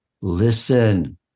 listen